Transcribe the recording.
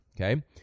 okay